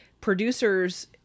producers